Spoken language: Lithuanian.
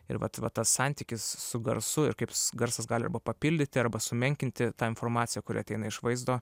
ir vat va tas santykis su garsu ir kaip garsas gali arba papildyti arba sumenkinti tą informaciją kuri ateina iš vaizdo